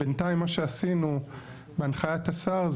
בינתיים מה שעשינו בהנחיית השר,